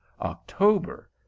October